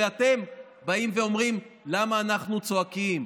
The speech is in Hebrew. ואתם באים ואומרים למה אנחנו צועקים,